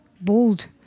bold